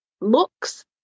looks